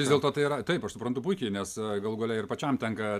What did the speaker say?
vis dėlto tai yra taip aš suprantu puikiai nes galų gale ir pačiam tenka